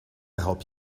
help